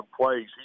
plays